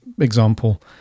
example